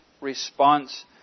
response